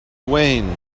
wayne